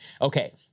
Okay